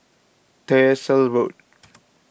Tyersall Road